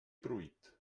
pruit